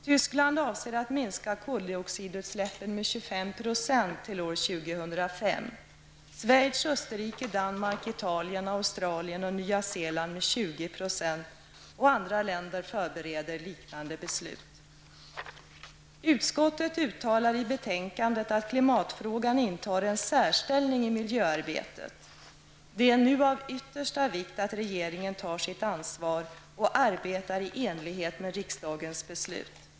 Tyskland avser att minska koldioxidutsläppen med 25 % till år Australien och Nya Zeeland med 20 %, och andra länder förbereder liknande beslut. Utskottet uttalar i betänkandet att klimatfrågan intar en särställning i miljöarbetet. Det är nu av yttersta vikt att regeringen tar sitt ansvar och arbetar i enlighet med riksdagens beslut.